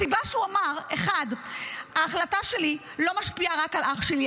הסיבה שהוא אמר: 1. ההחלטה שלי לא משפיעה רק על אח שלי,